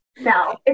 No